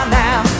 now